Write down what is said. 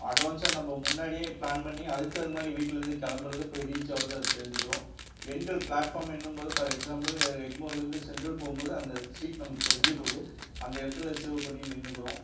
அட்வான்ஸாக நம்ப முன்னாடியே ப்ளான் பண்ணி அதுக்கு தகுந்த மாதிரி வீட்லந்து கிளம்றது போய் ரீச் ஆகுறது தெரிஞ்சிக்குறோம் எண்கள் ப்ளாட்ஃபாம் எண்ணும்போது ஃபார் எக்ஸாம்பிள் எக்மோர்லர்ந்து சென்ட்ரல் போகும்போது அந்த சீட் நமக்கு தெரியம்போது அந்த இடத்துல சேவ் பண்ணி நின்னுக்கறோம்